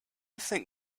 think